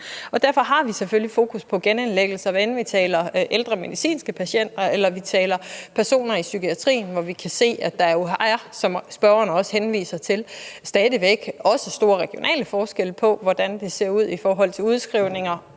Derfor har vi selvfølgelig fokus på genindlæggelser, hvad enten vi taler ældre medicinske patienter, eller vi taler personer i psykiatrien, hvor vi jo kan se at der, som spørgeren også henviser til, stadig væk er store regionale forskelle på, hvordan det ser ud i forhold til udskrivninger